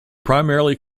primarily